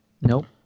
Nope